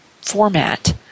format